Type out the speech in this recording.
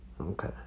okay